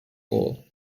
goal